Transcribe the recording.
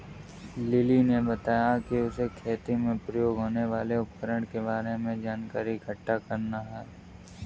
lily ने बताया कि उसे खेती में प्रयोग होने वाले उपकरण के बारे में जानकारी इकट्ठा करना है